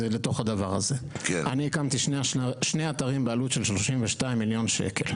אני הקמתי שני אתרים בעלות של 32 מיליון שקלים.